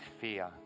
fear